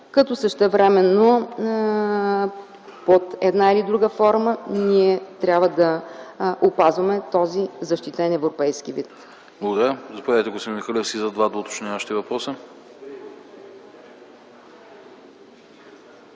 като същевременно под една или друга форма ние трябва да опазваме този защитен европейски вид.